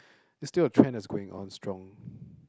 is still a trend that's going on strong